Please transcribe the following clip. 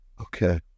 Okay